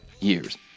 years